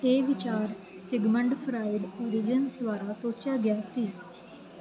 ਇਹ ਵਿਚਾਰ Sigmund Freud origin ਦੁਆਰਾ ਸੋਚਿਆ ਗਿਆ ਸੀ